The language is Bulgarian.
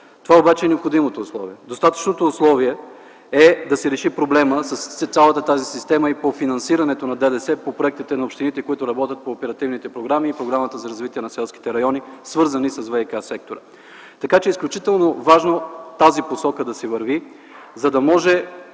Това обаче е необходимото условие. Достатъчното условие е да се реши проблемът с цялата тази система и по финансирането на ДДС по проектите на общините, които работят по оперативните програми и Програмата за развитие на селските райони, свързани с ВиК-сектора. Така че е изключително важно да се върви в тази